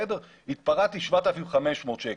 התפרעתי, 7,500 שקל.